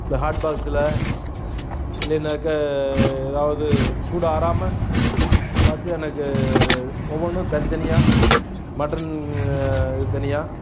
இல்லை ஹாட் பாக்ஸில் இல்லைனாக்க ஏதாவது சூடு ஆறாமல் பார்த்து எனக்கு ஒவ்வொன்றும் தனித்தனியாக மட்டன் இது தனியாக